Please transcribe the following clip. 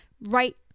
right